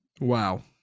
wow